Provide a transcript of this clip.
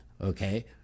okay